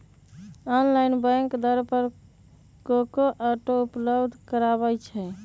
आन आन बैंक दर पर को को ऑटो उपलब्ध करबबै छईं